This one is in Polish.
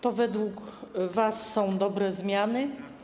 To według was są dobre zmiany?